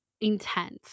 intense